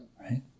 right